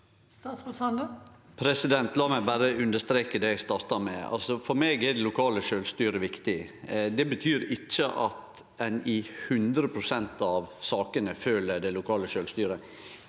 La meg berre un- derstreke det eg starta med: For meg er det lokale sjølvstyret viktig. Det betyr ikkje at ein i hundre prosent av sakene følgjer det lokale sjølvstyret.